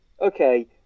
okay